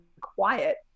quiet